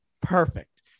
perfect